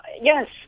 yes